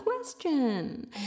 question